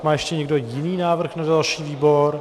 Má ještě někdo jiný návrh na další výbor?